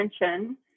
attention